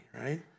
right